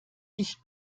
ich